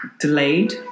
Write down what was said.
delayed